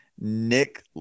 Nick